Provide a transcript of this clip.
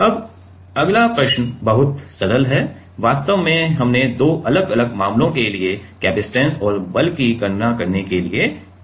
अब अगला प्रश्न बहुत सरल है वास्तव में हमने दो अलग अलग मामलों के लिए कपसिटंस और बल की गणना करने के लिए कहा है